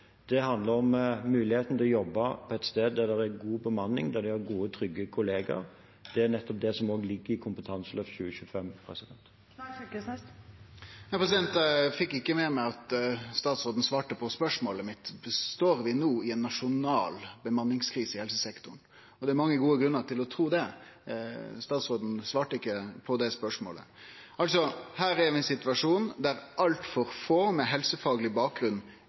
Det handler om muligheten til å jobbe på et sted der det er god bemanning, der en har gode og trygge kollegaer. Det er nettopp det som også ligger i Kompetanseløft 2025. Eg fekk ikkje med meg at statsråden svarte på spørsmålet mitt: Står vi no i ei nasjonal bemanningskrise i helsesektoren? Det er mange gode grunnar til å tru det. Statsråden svarte ikkje på det spørsmålet. Her er vi i ein situasjon der altfor få med helsefagleg bakgrunn